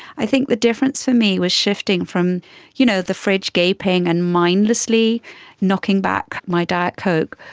i think the difference for me was shifting from you know the fridge gaping and mindlessly knocking back my diet coke,